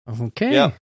Okay